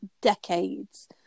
decades